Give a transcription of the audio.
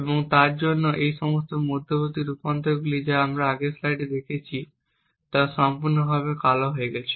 এবং তাই তার জন্য এই সমস্ত মধ্যবর্তী রূপান্তরগুলি যা আমরা আগের স্লাইডে দেখেছি তা সম্পূর্ণরূপে কালো হয়ে গেছে